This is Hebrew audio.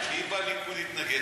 מי בליכוד התנגד?